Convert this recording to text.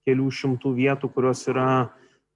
kelių šimtų vietų kurios yra